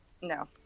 No